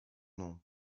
nom